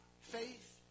Faith